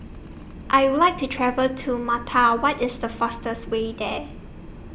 I Would like to travel to Malta What IS The fastest Way There